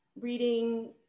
reading